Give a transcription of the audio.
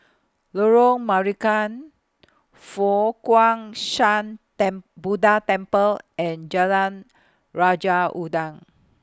Lorong Marican Fo Guang Shan ten Buddha Temple and Jalan Raja Udang